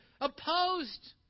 opposed